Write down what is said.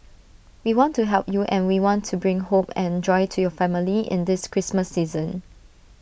we want to help you and we want to bring hope and joy to your family in this Christmas season